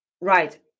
Right